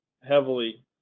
heavily